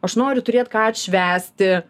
aš noriu turėt ką atšvęsti